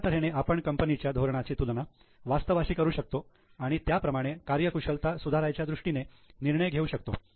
अशा तऱ्हेने आपण कंपनी च्या धोरणांची तुलना वास्तवाशी करू शकतो आणि त्याप्रमाणे कार्यकुशलता सुधारायच्या दृष्टीने निर्णय घेऊ शकतो